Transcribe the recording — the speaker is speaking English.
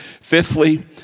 Fifthly